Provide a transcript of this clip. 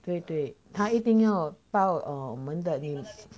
对对他一定要报我们的 names